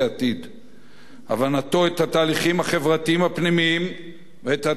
הבנתו את התהליכים החברתיים הפנימיים ואת התהליכים הגלובליים